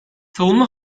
savunma